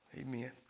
Amen